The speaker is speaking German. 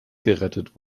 gerettet